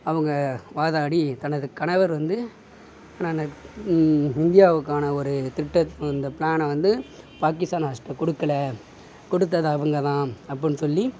அவங்க வாதாடி தனது கணவர் வந்து நானுன் இந்தியாவுக்கான ஒரு திட்டம் அந்த ப்ளானை வந்து பாகிஸ்த்தான் அரசுகிட்ட கொடுக்கல கொடுத்தது அவங்கதான் அப்டின்னு சொல்லி